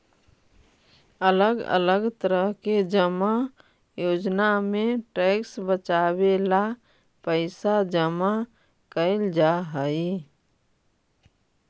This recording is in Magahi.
अलग अलग तरह के जमा योजना में टैक्स बचावे ला पैसा जमा कैल जा हई